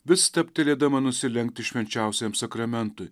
vis stabtelėdama nusilenkti švenčiausiajam sakramentui